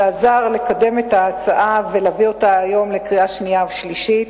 שעזר לקדם את ההצעה ולהביא אותה היום לקריאה שנייה ולקריאה שלישית,